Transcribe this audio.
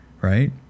Right